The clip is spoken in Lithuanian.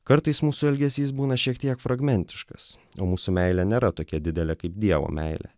kartais mūsų elgesys būna šiek tiek fragmentiškas o mūsų meilė nėra tokia didelė kaip dievo meilė